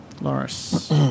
Loris